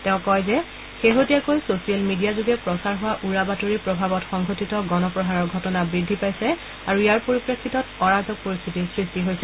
তেওঁ কয় যে শেহতীয়াকৈ ছচিয়েল মিডিয়াযোগে প্ৰচাৰ হোৱা উৰা বাতৰিৰ প্ৰভাৱত সংঘটিত গণপ্ৰহাৰৰ ঘটনা বৃদ্ধি পাইছে আৰু ইয়াৰ পৰিপ্ৰেক্ষিতত অৰাজক পৰিস্থিতিৰ সৃষ্টি হৈছে